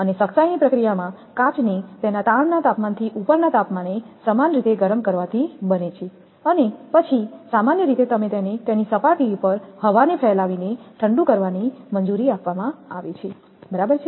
અને સખ્તાઇની પ્રક્રિયામાં કાચને તેના તાણના તાપમાનથી ઉપરના તાપમાને સમાન રીતે ગરમ કરવાથી બને છે અને પછી સામાન્ય રીતે તમે તેને તેની સપાટી પર હવાને ફેલાવીને ઠંડું કરવાની મંજૂરી આપવામાં આવે છે બરાબર